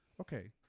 okay